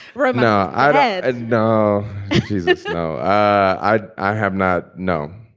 right now? i know so i i have not. no,